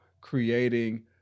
creating